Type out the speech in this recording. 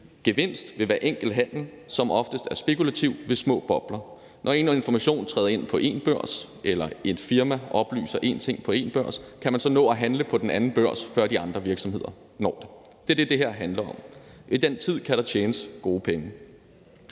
gevinst ved hver enkelt handel, som oftest er spekulativ, sådan som det er ved små bobler. Når en eller anden information kommer ind på en børs eller et firma oplyser en ting på en børs, kan man så nå at handle på den anden børs, før de andre virksomheder når det? Det er det, det her handler om. På den tid kan der tjenes gode penge.